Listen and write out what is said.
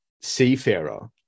seafarer